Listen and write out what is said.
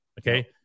Okay